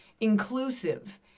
inclusive